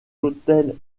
hôtels